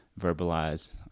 verbalize